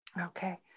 Okay